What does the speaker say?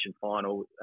final